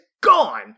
gone